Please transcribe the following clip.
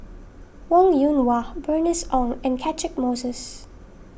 Wong Yoon Wah Bernice Ong and Catchick Moses